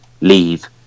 leave